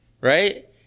Right